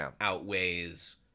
outweighs